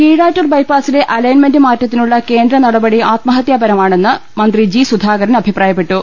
കീഴാറ്റൂർ ബൈപ്പാസിലെ അലൈൻമെന്റ് മാറ്റത്തിനുള്ള കേന്ദ്ര നടപടി ആത്മഹത്യാപരമാണെന്ന് മന്ത്രി ജി സുധാകരൻ അഭിപ്രാ യപ്പെട്ടു